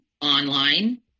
online